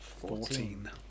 Fourteen